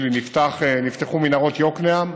נדמה לי, נפתחו מנהרות יקנעם,